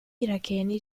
iracheni